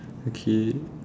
okay